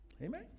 Amen